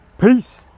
peace